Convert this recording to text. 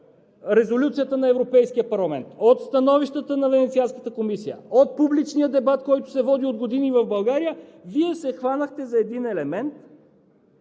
от Резолюцията на Европейския парламент, от становищата на Венецианската комисия, от публичния дебат, който се води от години в България, Вие се хванахте за един елемент